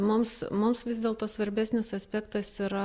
mums mums vis dėlto svarbesnis aspektas yra